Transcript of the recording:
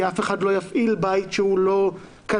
כי אף אחד לא יפעיל בית שהוא לא כלכלי.